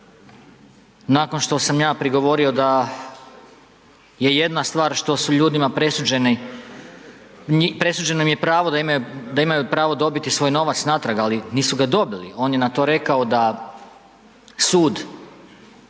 nakon što sam ja prigovorio da je jedna stvar što su ljudima presuđeni, presuđeno im je pravo da imaju, da imaju pravo dobiti svoj novac natrag, ali nisu ga dobili, on je na to rekao da sud